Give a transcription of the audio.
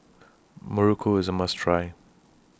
Muruku IS A must Try